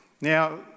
Now